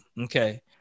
Okay